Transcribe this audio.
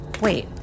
wait